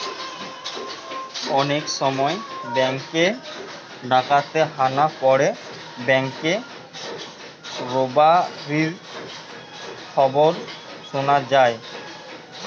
অনেক সময় বেঙ্ক এ ডাকাতের হানা পড়ে ব্যাঙ্ক রোবারির খবর শুনা যায়